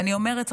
ואני אומרת,